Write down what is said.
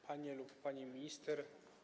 Panie lub Pani Minister!